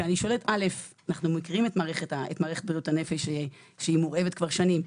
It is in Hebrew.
אנחנו מכירים את מערכת בריאות הנפש שמורעבת כבר שנים,